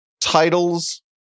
titles